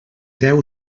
deu